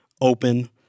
open